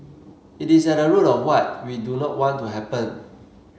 it is at the root of what we do not want to happen